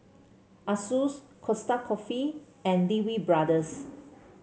Asus Costa Coffee and Lee Wee Brothers